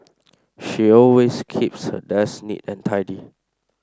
she always keeps her desk neat and tidy